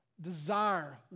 desire